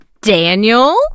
Daniel